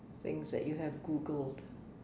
things that you have Googled